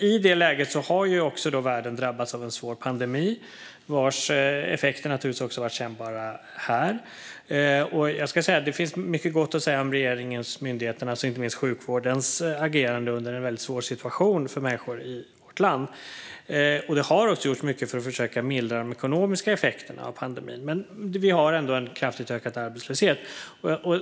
I detta läge har världen också drabbats av en svår pandemi, vars effekter naturligtvis också har varit kännbara här. Det finns mycket gott att säga om regeringens, myndigheternas och inte minst sjukvårdens agerande under en mycket svår situation för människor i vårt land. Det har också gjorts mycket för att försöka mildra de ekonomiska effekterna av pandemin. Men vi har ändå en kraftigt ökad arbetslöshet.